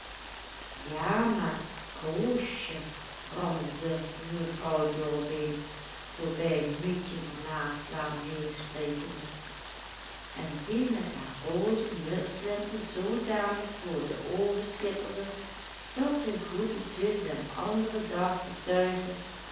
ja maar koosje rammelde mevrouw dorbeen voorbij mietje van naslaan heen sprekende en die met haar roode mutslinten zoodanig voor de oogen schitterende dat de goede ziel den anderen dag betuigde